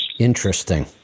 Interesting